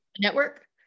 network